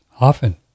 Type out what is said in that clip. often